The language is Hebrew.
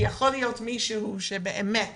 יכול להיות מישהו שבאמת